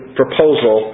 proposal